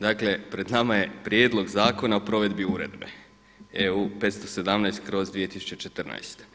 Dakle, pred nama je Prijedlog zakona o provedbi Uredbe EU 517/